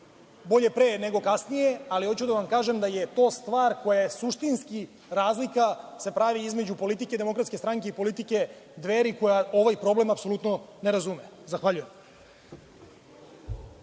bolje pre nego kasnije, ali hoću da vam kažem da je to stvar kojom se suštinski razlika pravi između politike DS i politike Dveri, koja ovaj problem apsolutno ne razume. Zahvaljujem.